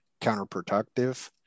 counterproductive